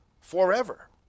forever